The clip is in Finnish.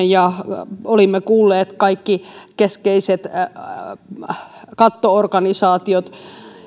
ja olimme kuulleet kaikki keskeiset katto organisaatiot